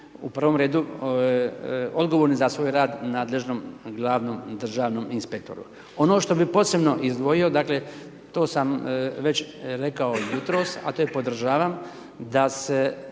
u prvom redu odgovorni za svoj rad nadležnom glavnom državnom inspektoru. Ono što bih posebno izdvojio, dakle, to sam već rekao jutros, a to podržavam, da se